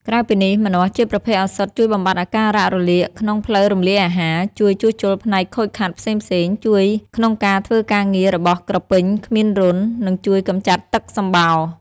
ក្រៅពីនេះ ម្នាស់ជាប្រភេទឱសថជួយបំបាត់អាការៈរលាកក្នុងផ្លូវរំលាយអាហារ ជួយជួសជុលផ្នែកខូចខាតផ្សេងៗ ជួយក្នុងការធ្វើការងាររបស់ក្រពេញគ្មានរន្ធ និងជួយកម្ចាត់ទឹកសំបោរ។